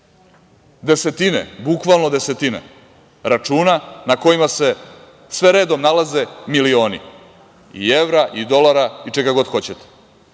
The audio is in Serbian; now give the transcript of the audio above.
Desetine, bukvalno desetine računa na kojima se sve redom nalaze milioni i evra i dolara i čega god hoćete,